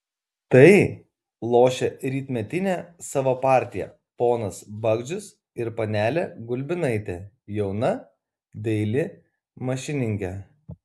tai lošia rytmetinę savo partiją ponas bagdžius ir panelė gulbinaitė jauna daili mašininkė